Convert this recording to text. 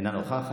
אינה נוכחת.